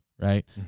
right